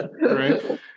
Right